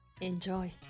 Enjoy